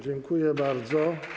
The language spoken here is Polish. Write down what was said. Dziękuję bardzo.